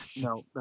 No